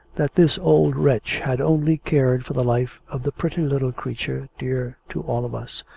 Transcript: that this old wretch had only cared for the life of the pretty little creature dear to all of us,